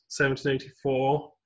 1784